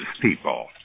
people